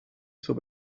zur